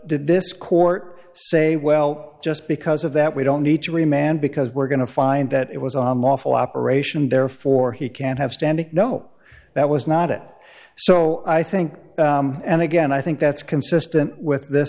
did this court say well just because of that we don't need to re man because we're going to find that it was on lawful operation therefore he can't have standing no that was not it so i think and again i think that's consistent with th